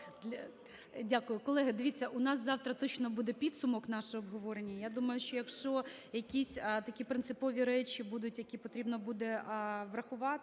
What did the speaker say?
Колеги, дивіться, у нас завтра точно буде підсумок нашого обговорення. Я думаю, що якщо якісь такі принципові речі будуть, які потрібно буде врахувати,